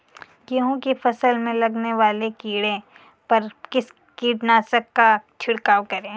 गेहूँ की फसल में लगने वाले कीड़े पर किस कीटनाशक का छिड़काव करें?